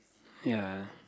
ya